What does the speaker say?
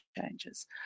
changes